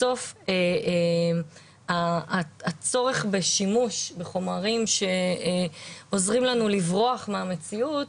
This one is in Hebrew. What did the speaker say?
בסוף הצורך בשימוש בחומרים שעוזרים לנו לברוח מהמציאות